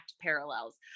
parallels